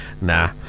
Nah